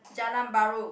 Jalan-Bahru